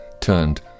turned